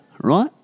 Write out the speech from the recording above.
right